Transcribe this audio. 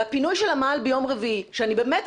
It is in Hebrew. הפינוי של המאהל ביום חמישי, שאני באמת